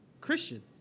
Christian